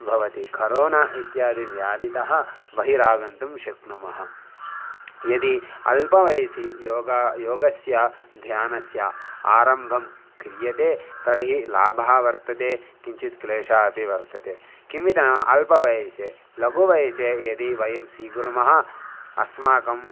भवति खरोना इत्यादि व्याधितः बहिरागन्तुं शक्नुमः यदि अल्पवयसि योग योगस्य ध्यानस्य आरम्भं क्रियते तर्हि लाभः वर्तते किञ्चित् क्लेशः अपि वर्तते किमिति अल्पवयसि लघुवयसि यदि वयं स्वीकुर्मः अस्माकं